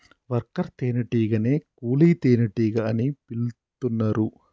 worker తేనే టీగనే కూలీ తేనెటీగ అని పిలుతున్నరు